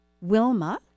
Wilma